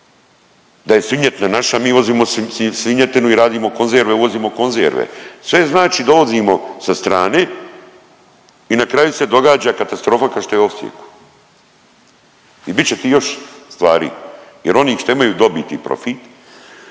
da je svinjetina naša, mi uvozimo svinjetinu i radimo konzerve i uvozimo konzerve, sve znači dovozimo sa strane i na kraju se događa katastrofa kao što je u Osijeku i bit će ti još stvari jer oni što imaju dobit i profit